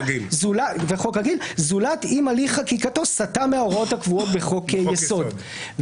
רגיל - זולת אם הליך חקיקתו סטה מההוראות הקבועות בחוקי יסוד.